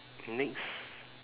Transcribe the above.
next